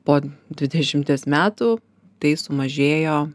po dvidešimties metų tai sumažėjo